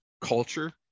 culture